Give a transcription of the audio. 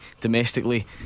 domestically